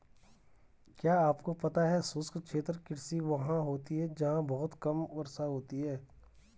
क्या आपको पता है शुष्क क्षेत्र कृषि वहाँ होती है जहाँ बहुत कम वर्षा होती है?